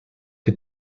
que